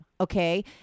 Okay